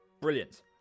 Brilliant